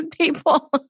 people